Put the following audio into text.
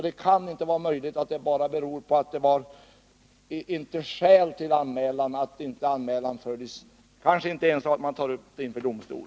Det kan inte heller vara möjligt att det förhåller sig så att det inte funnits skäl för de anmälningar som gjorts, så att de inte följts upp och kanske inte ens tagits upp inför domstol.